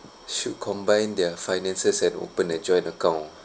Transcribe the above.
should combine their finances and open a joint account